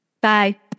Bye